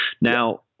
Now